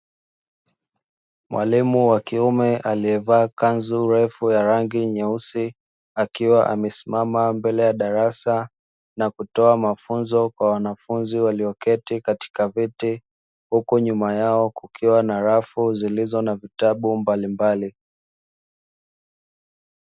Mwalimu wa kiume aliyevaa kanzu refu ya rangi nyeusi, akiwa amesimama mbele ya darasa na kutoa mafunzo kwa wanafunzi walioketi katika viti, huku nyuma yao kukiwa na rafu zilizo na vitabu mbalimbali.